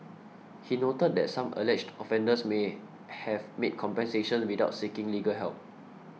he noted that some alleged offenders may have made compensation without seeking legal help